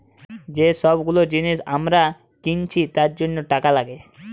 যে সব গুলো জিনিস আমরা কিনছি তার জন্য টাকা লাগে